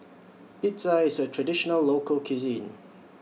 Pizza IS A Traditional Local Cuisine